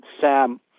Sam